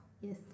Yes